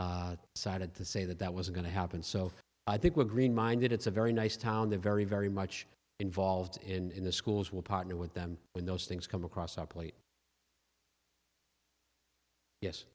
cited to say that that was going to happen so i think we're green minded it's a very nice town they're very very much involved in the schools will partner with them when those things come across our plate yes